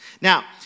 Now